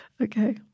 Okay